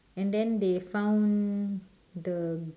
and then they found the